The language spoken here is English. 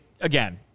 again